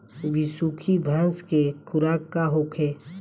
बिसुखी भैंस के खुराक का होखे?